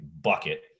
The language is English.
bucket